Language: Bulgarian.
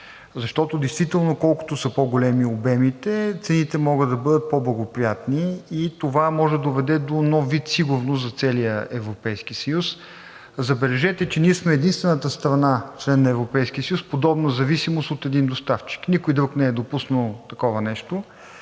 защото колкото са по-големи обемите, цените могат да бъдат по-благоприятни и това може да доведе до нов вид сигурност за целия Европейски съюз. Забележете, че ние сме единствената страна – член на Европейския съюз, с подобна зависимост от един доставчик. Никой друг не е допуснал такова нещо.